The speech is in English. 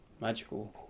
magical